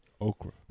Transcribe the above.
Okra